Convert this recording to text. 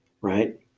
Right